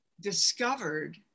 discovered